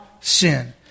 sin